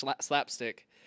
slapstick